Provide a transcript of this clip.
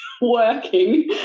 working